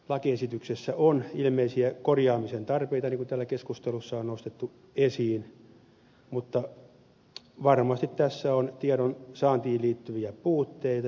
lakiesityksessä on ilmeisiä korjaamisen tarpeita niin kuin täällä keskustelussa on nostettu esiin mutta varmasti tässä on tiedonsaantiin liittyviä puutteita